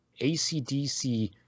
ACDC